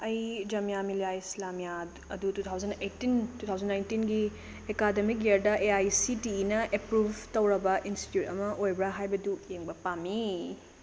ꯑꯩ ꯖꯥꯃꯤꯌꯥ ꯃꯤꯂꯤꯌꯥ ꯏꯁꯂꯥꯃꯤꯌꯥ ꯑꯗꯨ two thousand eighteen two thousand ꯅꯥꯏꯟꯇꯤꯟꯒꯤ ꯑꯦꯀꯥꯗꯃꯤꯛ ꯏꯌꯔꯗ ꯑꯦ ꯑꯥꯏ ꯁꯤ ꯇꯤ ꯏꯅ ꯑꯦꯄ꯭ꯔꯨꯕ ꯇꯧꯔꯕ ꯏꯟꯁꯇꯤꯇ꯭ꯌꯨꯠ ꯑꯃ ꯑꯣꯏꯕ꯭ꯔꯥ ꯍꯥꯏꯕꯗꯨ ꯌꯦꯡꯕ ꯄꯥꯝꯃꯤ